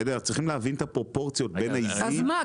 צריך להבין את הפרופורציות בין עיזים -- מה,